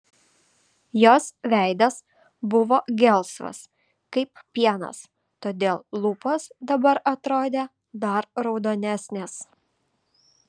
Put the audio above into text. jos veidas buvo gelsvas kaip pienas todėl lūpos dabar atrodė dar raudonesnės